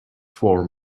for